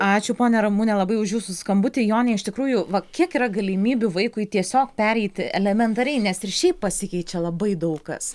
ačiū ponia ramune labai už jūsų skambutį jone iš tikrųjų va kiek yra galimybių vaikui tiesiog pereiti elementariai nes ir šiaip pasikeičia labai daug kas